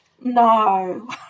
no